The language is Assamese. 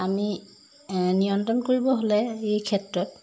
আমি নিয়ন্ত্ৰণ কৰিব হ'লে এই ক্ষেত্ৰত